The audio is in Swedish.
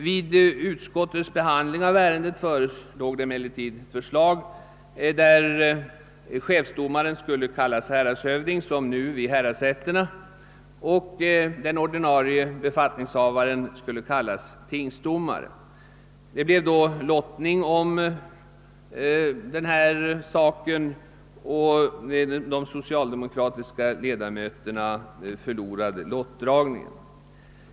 Vid utskottets behandling av ärendet förelåg emellertid förslag att chefsdomare skulle benämnas »häradshövding», som nu vid häradsrätterna, och Övriga ordinarie befattningshavare »tingsdomare». Det blev lottning om saken, och de socialdemokratiska ledamöterna förlorade lottdragningen.